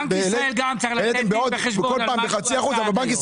בנק ישראל גם צריך לתת דין וחשבון על מה שהוא עשה עד היום.